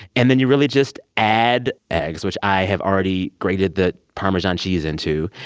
and then you really just add eggs which i have already grated the parmesan cheese into.